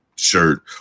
Shirt